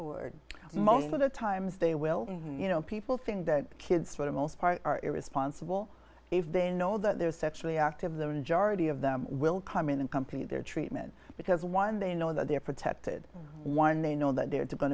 or most of the times they will you know people think that kids for most part are irresponsible if they know that they're sexually active the majority of them will come in and compete their treatment because one they know that they're protected one they know that they're going